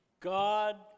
God